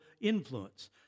influence